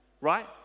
right